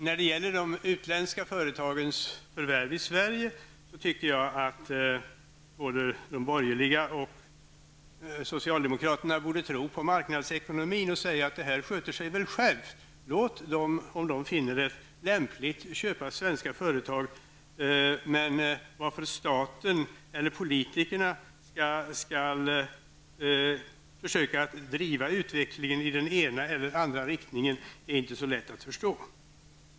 När det gäller de utländska företagens förvärv i Sverige tycker jag att de borgerliga och socialdemokraterna borde tro på marknadsekonomin och säga att det här sköter sig självt. Låt utländska intressenter, om de finner det lämpligt, köpa svenska företag. Varför staten eller politikerna skall försöka att driva utvecklingen i den ena eller den andra riktningen är inte så lätt att förstå.